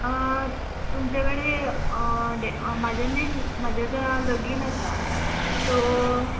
आ तुमच्या कडेन म्हजें न्ही म्हजें आतां लगीन आसा सो